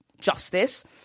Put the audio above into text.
justice